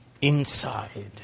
Inside